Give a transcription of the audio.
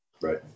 Right